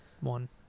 one